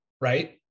Right